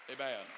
Amen